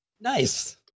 Nice